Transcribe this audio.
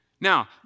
Now